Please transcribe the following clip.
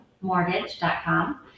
mortgage.com